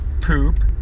poop